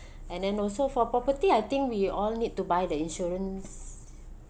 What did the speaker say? and then also for property I think we all need to buy the insurance